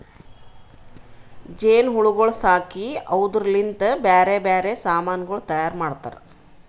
ಜೇನು ಹುಳಗೊಳ್ ಸಾಕಿ ಅವುದುರ್ ಲಿಂತ್ ಬ್ಯಾರೆ ಬ್ಯಾರೆ ಸಮಾನಗೊಳ್ ತೈಯಾರ್ ಮಾಡ್ತಾರ